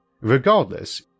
Regardless